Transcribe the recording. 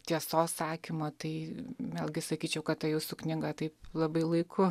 tiesos sakymo tai vėlgi sakyčiau kad ta jūsų knyga taip labai laiku